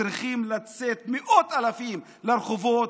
צריכים לצאת במאות אלפים לרחובות,